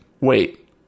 Wait